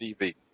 TV